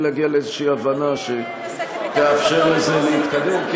להגיע לאיזושהי הבנה שתאפשר לזה להתקדם.